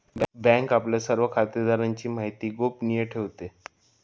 bank आपल्या सर्व खातेदारांची माहिती गोपनीय ठेवते